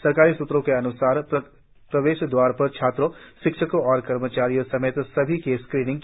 सरकारी सूत्रों के अनुसार प्रवेश द्वार पर छात्रों शिक्षकों और कर्मचारियों समेत सभी की स्क्रीनिंग की गई